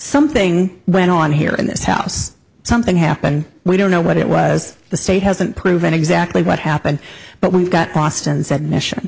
something went on here in this house something happened we don't know what it was the state hasn't proven exactly what happened but we've got boston said mission